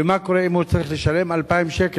ומה קורה אם הוא צריך לשלם 2,000 שקל?